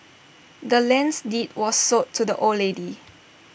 the land's deed was sold to the old lady